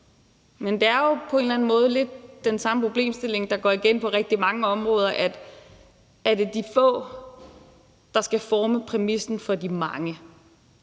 Men det er jo på en eller anden måde lidt den samme problemstilling, der går igen på rigtig mange områder, altså er det de få, der skal forme præmissen for de mange?